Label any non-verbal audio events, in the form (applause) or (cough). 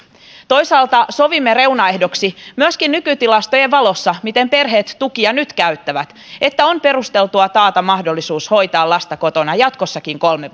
toisaalta sovimme reunaehdoksi myöskin niiden nykytilastojen valossa jotka kertovat miten perheet tukia nyt käyttävät että on perusteltua taata mahdollisuus hoitaa lasta kotona jatkossakin kolme (unintelligible)